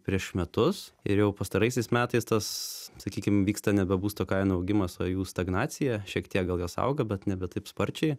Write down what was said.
prieš metus ir jau pastaraisiais metais tas sakykim vyksta nebe būsto kainų augimas o jų stagnacija šiek tiek gal jos auga bet nebe taip sparčiai